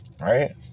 Right